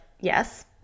yes